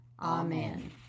Amen